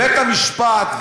בית-המשפט,